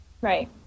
Right